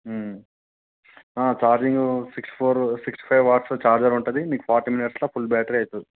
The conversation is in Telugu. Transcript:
charging six four sixty five watts charger ఉంటుంది మీకు ఫార్టీ మినిట్స్లో ఫుల్ బ్యాటరీ అవుతుంది